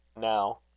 Now